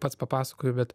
pats papasakoju bet